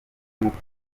mukuru